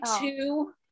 two